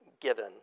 given